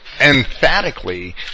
emphatically